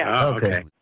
Okay